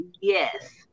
yes